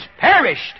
perished